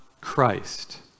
Christ